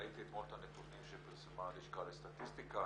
ראיתי אתמול את הנתונים שפרסמה הלשכה לסטטיסטיקה.